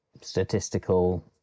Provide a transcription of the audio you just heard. statistical